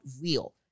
real